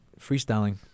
freestyling